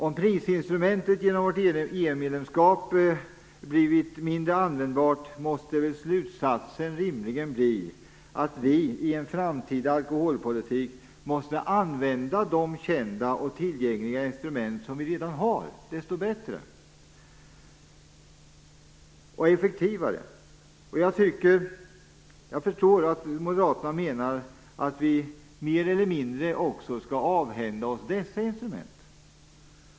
Om prisinstrumentet genom vårt EU-medlemskap blivit mindre användbart måste slutsatsen rimligen bli att vi i en framtida alkoholpolitik måste använda de kända och tillgängliga instrument som vi redan har desto bättre och effektivare. Jag förstår att Moderaterna menar att vi mer eller mindre också skall avhända oss dessa instrument.